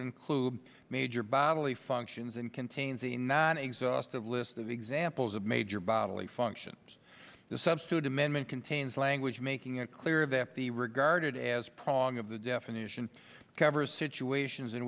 include major bodily functions and contains a not exhaustive list of examples of major bodily functions the substitute amendment contains language making it clear that the regarded as prong of the definition covers situations in